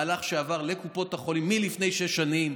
מהלך שעבר לקופות החולים לפני שש שנים.